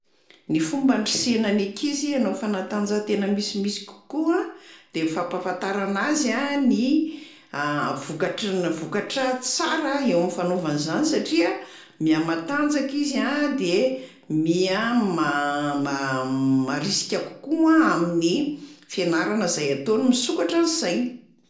Ny fopba andrisiana ny ankizy hanao fanatanjahantena misimisy kokoa de fampahafantarana azy a ny vokatry n- vokatra tsara eo am'fanaovana izany satria miha-matanjaka izy a de miha-ma- ma- maharisika kokoa amin'ny fianarana zay ataony, misokatra ny sainy.